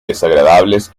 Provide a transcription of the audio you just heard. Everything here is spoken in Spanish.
desagradables